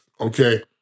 okay